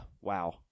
wow